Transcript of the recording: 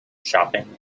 shopping